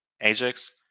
Ajax